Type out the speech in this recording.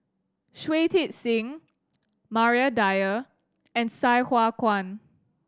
Shui Tit Sing Maria Dyer and Sai Hua Kuan